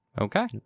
Okay